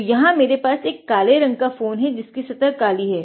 तो यहाँ मेरे पास एक काले रंग का फ़ोन हैजिसकी सतह काली है